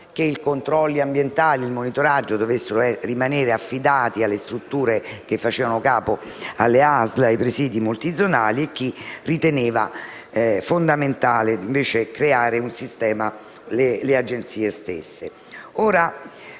che i controlli ambientali e il monitoraggio dovessero rimanere affidati alle strutture che facevano capo alle ASL, ai presidi multizonali, e chi riteneva fondamentale invece creare un sistema con le agenzie. Questo